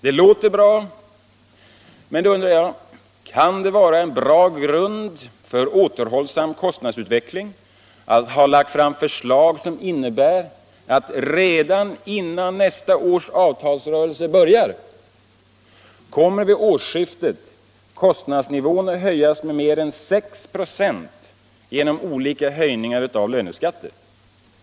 Det låter bra, men jag undrar: Kan det vara en god grund för ”återhållsam kostnadsutveckling” att ha lagt fram förslag som innebär att redan innan nästa års avtalsrörelse börjar kommer vid årsskiftet kostnadsnivåerna att stiga med mer än 6 96 genom olika höjningar av löneskatter?